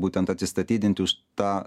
būtent atsistatydinti už tą